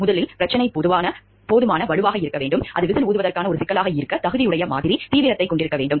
முதலில் பிரச்சினை போதுமான வலுவாக இருக்க வேண்டும் அது விசில் ஊதுவதற்கான ஒரு சிக்கலாக இருக்க தகுதியுடைய மாதிரி தீவிரத்தை கொண்டிருக்க வேண்டும்